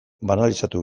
banalizatu